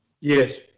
Yes